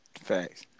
Facts